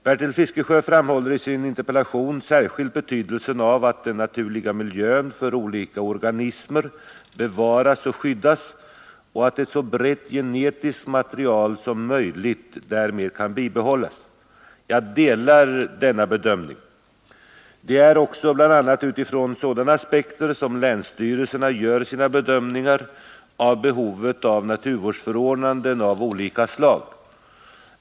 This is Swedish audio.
Bertil Fiskesjö framhåller i sin interpellation särskilt betydelsen av att den naturliga miljön för olika organismer bevaras och skyddas och att ett så brett genetiskt material som möjligt därmed kan bibehållas. Jag delar denna bedömning. Det är också bl.a. utifrån sådana aspekter som länsstyrelserna gör sina bedömningar av behovet av naturvårdsförordnanden av olika slag.